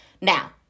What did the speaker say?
Now